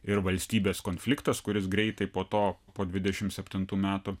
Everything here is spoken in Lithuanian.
ir valstybės konfliktas kuris greitai po to po dvidešimt septintų metų